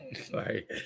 Sorry